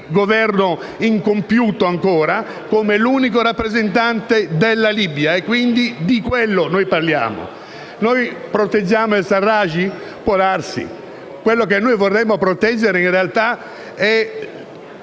ancora incompiuto, come l'unico rappresentante della Libia e quindi di quello parliamo. Noi proteggiamo al-Serraj? Può darsi. Ciò che vorremmo proteggere, in realtà, è